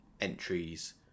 entries